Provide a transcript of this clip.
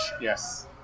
Yes